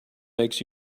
makes